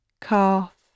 calf